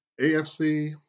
AFC